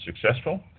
successful